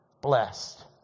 blessed